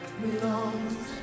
belongs